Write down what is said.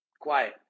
Quiet